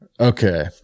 Okay